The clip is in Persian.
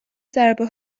ضربه